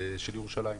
של ירושלים,